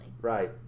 Right